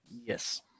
yes